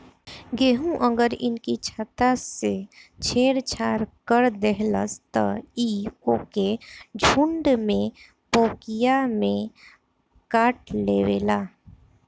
केहू अगर इनकी छत्ता से छेड़ छाड़ कर देहलस त इ ओके झुण्ड में पोकिया में काटलेवेला